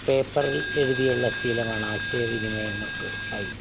പേപ്പറിൽ എഴുതി ഉള്ള ശീലമാണ് ആശയ വിനിമയങ്ങൾക്ക് ആയി